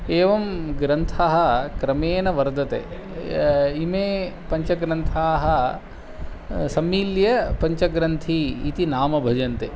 एवं ग्रन्थः क्रमेण वर्तते इमे पञ्चग्रन्थाः सम्मील्यपञ्चग्रन्थी इति नाम भजन्ते